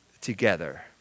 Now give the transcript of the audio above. together